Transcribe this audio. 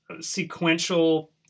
sequential